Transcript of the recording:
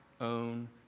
own